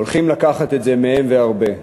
הולכים לקחת את זה מהם, והרבה.